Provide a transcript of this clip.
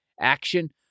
Action